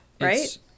Right